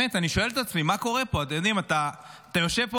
באמת, אני שואל את עצמי, מה קורה פה?